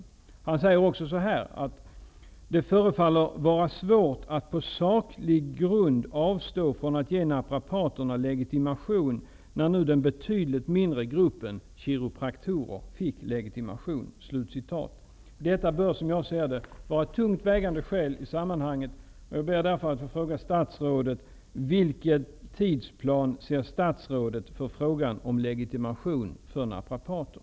Vidare skriver Gösta Tibblin: ''Det förefaller vara svårt att på saklig grund avstå från att ge naprapaterna legitimation när nu den betydligt mindre gruppen kiropraktorer fick legitimation --.'' Detta bör vara ett tungt vägande skäl i sammanhanget. Jag frågar därför statsrådet vilken tidsplan statsrådet ser för legitimation av naprapater.